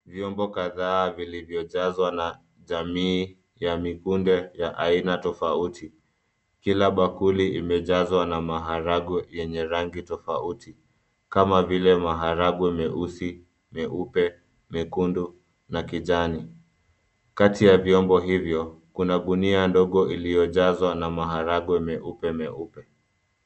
Vyombo kadhaa vilivyojazwa na jamii ya mikunde ya aina tofauti. Kila bakuli imejazwa na maharagwe yenye rangi tofauti, kama vile maharagwe meusi, meupe, mekundu na kijani. Kati ya vyombo hivyo, kuna gunia ndogo iliyojazwa na maharagwe meupe meupe.